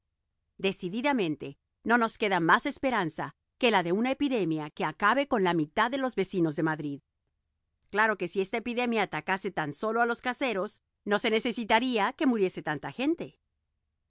decididamente no nos queda más esperanza que la de una epidemia que acabe con la mitad de los vecinos de madrid claro que si esta epidemia atacase tan sólo a los caseros no se necesitaría que muriese tanta gente